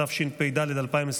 התשפ"ד 2024,